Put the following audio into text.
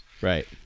Right